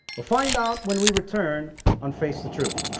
we'll find out when we return on face the truth.